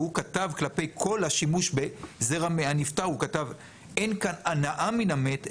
והוא כתב כלפי כל השימוש בזרע מהנפטר הוא כתב "אין כאן הנאה מן המת,